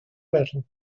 battle